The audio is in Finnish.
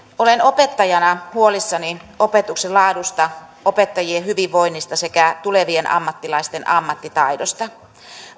olen opettajana huolissani opetuksen laadusta opettajien hyvinvoinnista sekä tulevien ammattilaisten ammattitaidosta